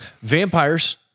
Vampires